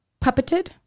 puppeted